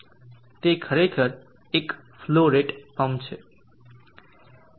તે ખરેખર એક ફલો રેટ પંપ છે